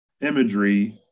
imagery